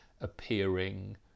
appearing